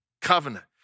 Covenant